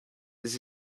this